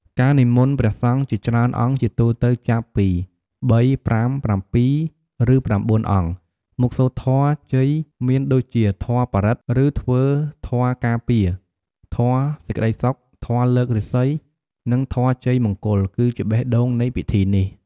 ការនិមន្តព្រះសង្ឃជាច្រើនអង្គ ជាទូទៅចាប់ពី ៣, ៥, ៧, ឬ ៩ អង្គ មកសូត្រធម៌ជ័យមានដូចជាធម៌បរិត្ត ឬធ្វើធម៌ការពារ, ធម៌សេចក្ដីសុខ, ធម៌លើករាសី, និងធម៌ជ័យមង្គល គឺជាបេះដូងនៃពិធីនេះ។